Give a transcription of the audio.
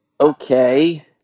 okay